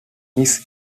mrs